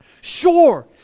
Sure